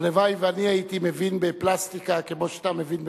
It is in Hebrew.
הלוואי שאני הייתי מבין בפלסטיקה כמו שאתה מבין במשפטים.